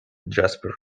jasper